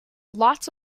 lots